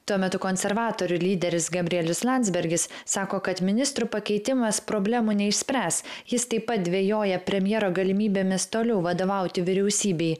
tuo metu konservatorių lyderis gabrielius landsbergis sako kad ministrų pakeitimas problemų neišspręs jis taip pat dvejoja premjero galimybėmis toliau vadovauti vyriausybei